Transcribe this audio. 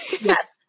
Yes